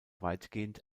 weitgehend